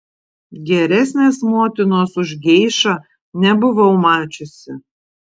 geresnės motinos už geišą nebuvau mačiusi